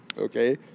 Okay